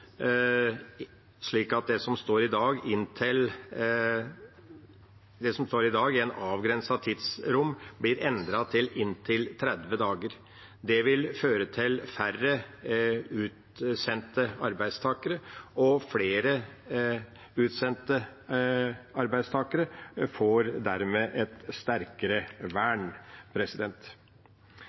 slik at det som står i dag, «i et begrenset tidsrom», blir endret til «inntil 30 dager». Det vil føre til færre utsendte arbeidstakere, og flere utsendte arbeidstakere får dermed et sterkere vern.